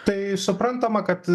tai suprantama kad